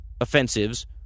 offensives